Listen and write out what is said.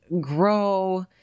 grow